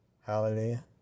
Hallelujah